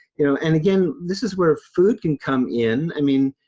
you know and, again, this is where food can come in. i mean,